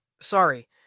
Sorry